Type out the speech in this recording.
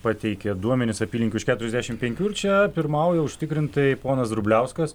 pateikė duomenis apylinkių iš keturiasdešimt penkių ir čia pirmauja užtikrintai ponas grubliauskas